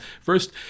First